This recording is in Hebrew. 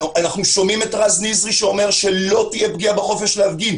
אנחנו שומעים את רז נזרי שאומר שלא תהיה פגיעה בחופש להפגין.